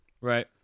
Right